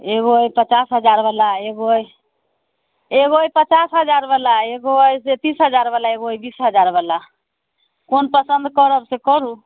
एगो अछि पचास हजार बला एगो अछि एगो अछि पचास हजार बला एगो अछि जे तीस हजार बला एगो अछि बीस हजार बला कोन पसंद करब से करू